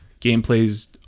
Gameplay's